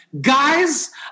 guys